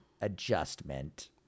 adjustment